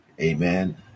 Amen